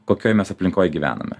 kokioj mes aplinkoj gyvename